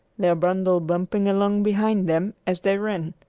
their bundle bumping along behind them as they ran.